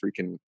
freaking